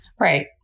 Right